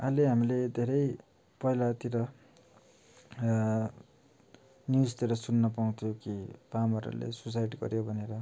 अहिले हामीले धेरै पहिलातिर न्युजतिर सुन्न पाउँथ्यौँं कि फार्मरहरूले सुसाइड गर्यो भनेर